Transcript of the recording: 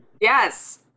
Yes